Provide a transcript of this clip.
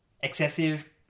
Excessive